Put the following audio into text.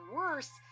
worse